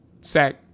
sack